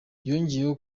yongeyeho